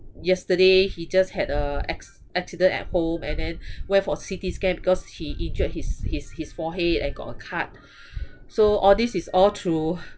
yesterday he just had a acc~ accident at home and then went for C_T scan because he injured his his his forehead and got a cut so all this is all through